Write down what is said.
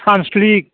सानस्लिग